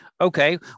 Okay